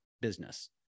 business